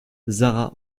zara